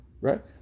right